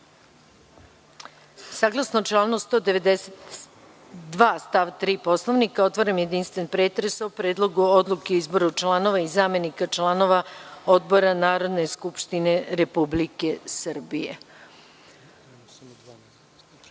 članu 192. stav 3. Poslovnika, otvaram jedinstveni pretres o Predlogu odluke o izboru članova i zamenika članova odbora Narodne skupštine Republike Srbije. Pošto